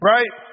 Right